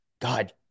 God